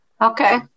Okay